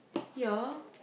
yeah